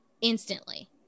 instantly